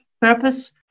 purpose